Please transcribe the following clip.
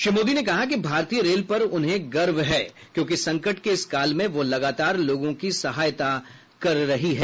श्री मोदी ने कहा कि भारतीय रेल पर उन्हें गर्व है क्योंकि संकट के इस काल में वह लगातार लोगों की सहायता कर रहे है